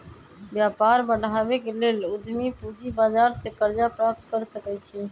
व्यापार बढ़ाबे के लेल उद्यमी पूजी बजार से करजा प्राप्त कर सकइ छै